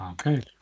Okay